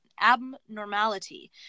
abnormality